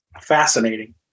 fascinating